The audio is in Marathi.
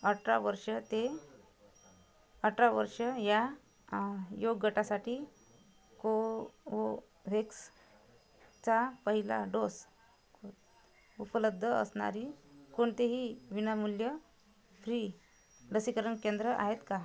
अठरा वर्ष ते अठरा वर्ष या योगगटासाठी कोओओव्हेक्सचा पहिला डोस उ उपलब्ध असणारी कोणतीही विनामूल्य फ्री लसीकरण केंद्रे आहेत का